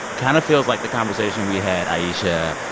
kind of feels like the conversation we had, ayesha,